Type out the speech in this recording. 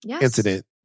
incident